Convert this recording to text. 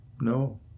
no